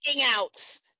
Hangouts